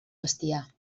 bestiar